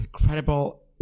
incredible